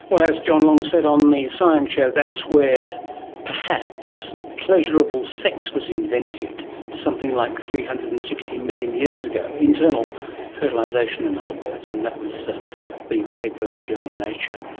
as john long said on the science show, that's where perhaps pleasurable sex was invented something like three hundred and sixty million years ago, internal fertilisation in other words, and that was ah the paper in the journal nature.